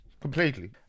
completely